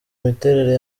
imiterere